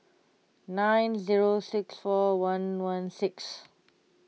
nine zero six four one one six